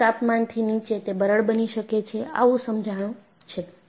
અમુક તાપમાનથી નીચે તે બરડ બની શકે છે આવું સમજાણું છે